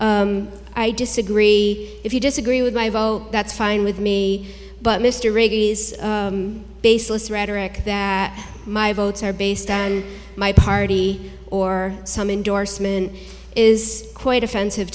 i disagree if you disagree with my vote that's fine with me but mr reagan is baseless rhetoric that my votes are based and my party or some endorsement is quite offensive